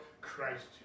Christ